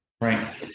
Right